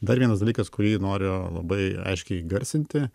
dar vienas dalykas kurį noriu labai aiškiai įgarsinti